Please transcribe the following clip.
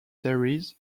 series